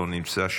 לא נמצא,